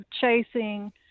chasing